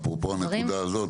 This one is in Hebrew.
אפרופו הנקודה הזאת,